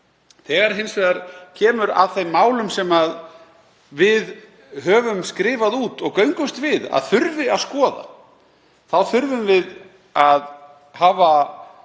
kemur hins vegar að þeim málum sem við höfum skrifað út og göngumst við að þurfi að skoða þá þurfum við að hafa